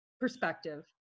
perspective